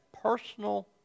personal